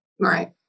Right